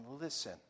listen